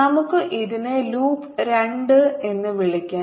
നമുക്ക് ഇതിനെ ലൂപ്പ് 2 എന്ന് വിളിക്കാം